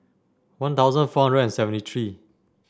One Thousand four hundred and seventy three